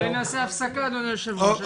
אולי נעשה הפסקה אדוני היושב-ראש.